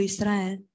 Israel